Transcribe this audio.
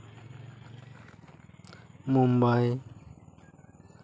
Mumbai